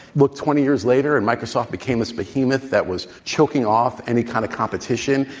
look twenty years later and microsoft became this behemoth that was choking off any kind of competition.